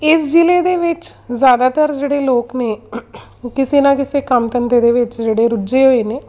ਇਸ ਜ਼ਿਲ੍ਹੇ ਦੇ ਵਿੱਚ ਜ਼ਿਆਦਾਤਰ ਜਿਹੜੇ ਲੋਕ ਨੇ ਕਿਸੇ ਨਾ ਕਿਸੇ ਕੰਮ ਧੰਦੇ ਦੇ ਵਿੱਚ ਜਿਹੜੇ ਰੁਝੇ ਹੋਏ ਨੇ